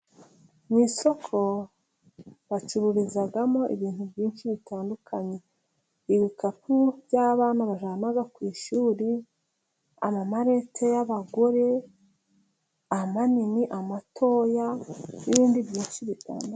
Mu isoko bacururizamo ibintu byinshi bitandukanye: ibikapu by'abana bajyana ku ishuri, amamarete y'abagore amanini, amatoya n'ibindi byinshi bitandukanye.